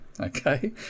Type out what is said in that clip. Okay